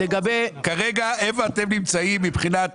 כרגע, איפה אתם נמצאים מבחינת